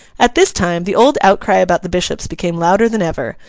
at this time, the old outcry about the bishops became louder than ever,